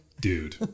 Dude